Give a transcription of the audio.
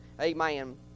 amen